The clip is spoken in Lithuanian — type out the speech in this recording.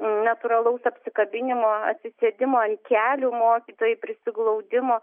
natūralaus apsikabinimo atsisėdimo ant kelių mokytojų prisiglaudimo